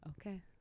Okay